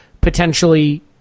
potentially